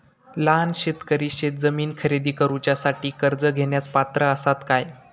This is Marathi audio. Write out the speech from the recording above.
लहान शेतकरी शेतजमीन खरेदी करुच्यासाठी कर्ज घेण्यास पात्र असात काय?